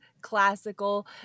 classical